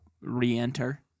re-enter